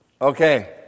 Okay